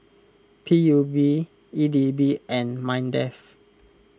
P U B E D B and Mindef